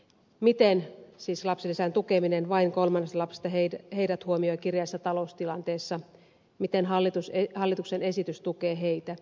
miten siis lapsilisän korottaminen vain kolmannesta lapsesta huomioi heidät kireässä taloustilanteessa miten hallituksen esitys tukee heitä